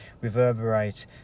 reverberate